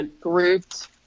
grouped